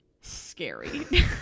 scary